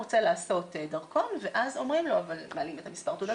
רוצה לעשות דרכון ואז מעלים את מספר תעודת